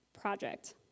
project